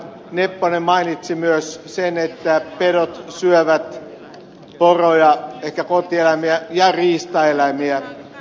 nepponen mainitsi myös sen että pedot syövät poroja ehkä kotieläimiä ja riistaeläimiä